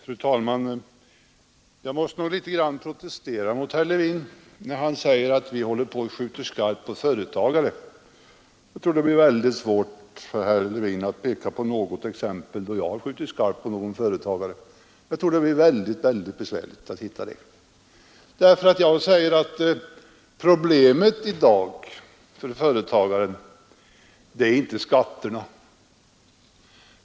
Fru talman! Jag måste nog litet grand protestera mot herr Levin med anledning av att han säger att vi håller på att skjuta skarpt på företagare. Jag tror att det blir väldigt svårt för herr Levin att peka på något fall där jag har skjutit skarpt på någon företagare. Jag tror att det blir väldigt besvärligt att hitta det. Jag säger nämligen att problemet i dag för företagaren inte är skatterna.